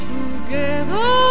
Together